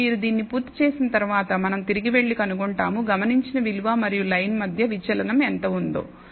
అప్పుడు మీరు దీన్ని పూర్తి చేసిన తర్వాత మనం తిరిగి వెళ్లి కనుగొంటాము గమనించిన విలువ మరియు లైన్ మధ్య విచలనం ఎంత ఉందో